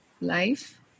life